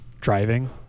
driving